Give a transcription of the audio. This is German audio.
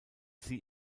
sie